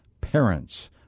Parents